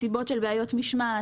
מסיבות של בעיות משמעת,